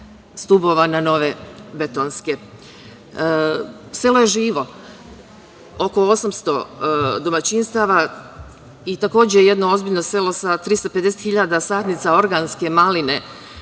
stubova na nove betonske. Selo je živo, oko 800 domaćinstava i takođe je jedno ozbiljno selo sa 350 hiljada sadnice organske maline,